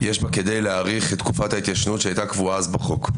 יש בה כדי להאריך את תקופת ההתיישנות שהייתה קבועה אז בחוק.